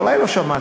אולי לא שמעתם,